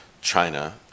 China